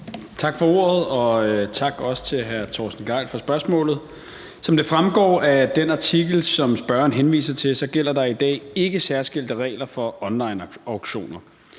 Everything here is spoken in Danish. Tak for ordet, og tak også til hr. Torsten Gejl for spørgsmålet. Som det fremgår af den artikel, som spørgeren henviser til, gælder der i dag ikke særskilte regler for onlineauktioner.